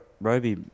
roby